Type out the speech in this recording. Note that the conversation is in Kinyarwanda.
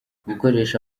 gukoresha